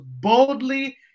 boldly